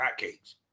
hotcakes